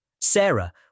Sarah